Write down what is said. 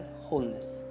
wholeness